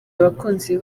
abakunzi